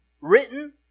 written